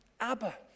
Abba